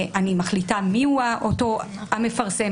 אני מחליטה מיהו אותו המפרסם,